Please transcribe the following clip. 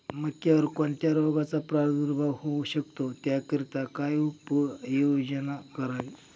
मक्यावर कोणत्या रोगाचा प्रादुर्भाव होऊ शकतो? त्याकरिता काय उपाययोजना करावी?